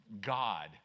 god